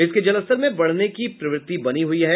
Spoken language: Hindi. इसके जलस्तर में बढ़ने की प्रवृत्ति बनी हुयी है